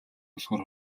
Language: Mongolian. болохоор